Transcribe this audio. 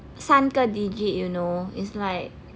三个 digit you know is like